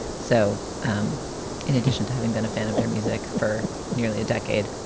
so um in addition to having been a fan of their music for nearly a decade,